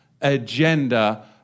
agenda